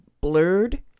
blurred